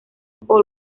por